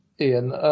Ian